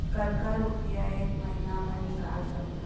कतका रुपिया एक महीना म निकाल सकथन?